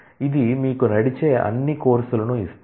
ఇది మీకు నడిచే అన్ని కోర్సులను ఇస్తుంది